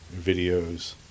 videos